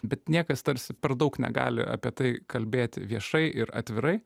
bet niekas tarsi per daug negali apie tai kalbėti viešai ir atvirai